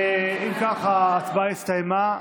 כך, ההצבעה הסתיימה.